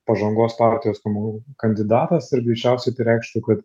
pažangos partijos tamulu kandidatas ir greičiausiai tai reikštų kad